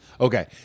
Okay